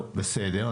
בסדר,